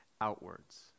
outwards